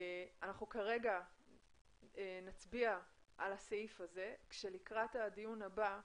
אנחנו כרגע נצביע על הסעיף הזה כאשר לקראת הדיון הבא,